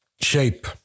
shape